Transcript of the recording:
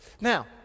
Now